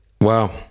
Wow